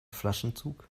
flaschenzug